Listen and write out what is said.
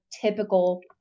typical